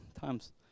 time's